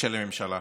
של הממשלה.